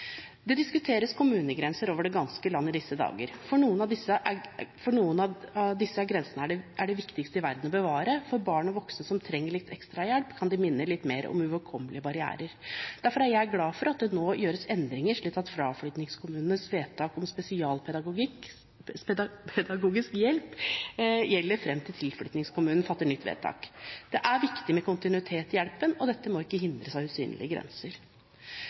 Det diskuteres kommunegrenser over det ganske land i disse dager. For noen er disse grensene det viktigste i verden å bevare, og for barn og voksne som trenger litt ekstra hjelp, kan de minne litt mer om uoverkommelige barrierer. Derfor er jeg glad for at det nå gjøres endringer, slik at fraflyttingskommunens vedtak om spesialpedagogisk hjelp gjelder frem til tilflyttingskommunen fatter nytt vedtak. Det er viktig med kontinuitet i hjelpen, og dette må ikke hindres av usynlige grenser.